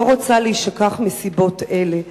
לא רוצה להישכח מסיבות אלה.